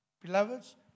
Beloveds